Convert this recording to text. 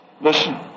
Listen